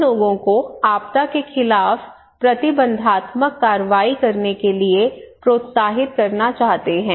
हम लोगों को आपदा के खिलाफ प्रतिबंधात्मक कार्रवाई करने के लिए प्रोत्साहित करना चाहते हैं